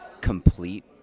complete